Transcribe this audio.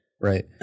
right